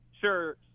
Sure